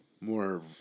more